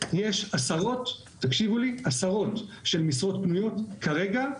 יש עשרות משרות פנויות כרגע,